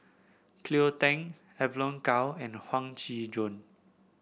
Cleo Thang Evon Kow and Huang Shiqi Joan